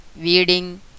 weeding